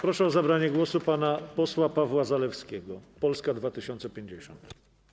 Proszę o zabranie głosu pana posła Pawła Zalewskiego, Polska 2050.